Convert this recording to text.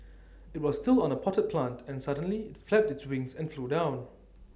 IT was still on A potted plant and suddenly IT flapped its wings and flew down